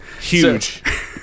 Huge